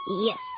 Yes